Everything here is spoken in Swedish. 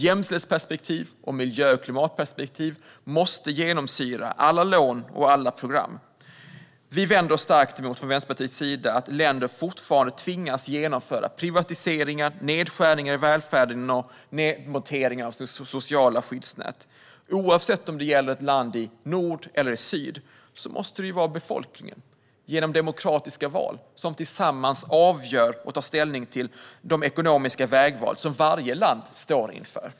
Jämställdhetsperspektiv och miljö och klimatperspektiv måste genomsyra alla lån och alla program. Vi vänder oss från Vänsterpartiets sida mot att länder fortfarande tvingas genomföra privatiseringar, nedskärningar i välfärden och nedmontering av sina sociala skyddsnät. Oavsett om det gäller ett land i nord eller syd måste det vara befolkningen som genom demokratiska val tillsammans avgör och tar ställning till de ekonomiska vägval som varje land står inför.